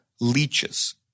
leeches